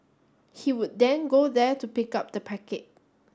he would then go there to pick up the packet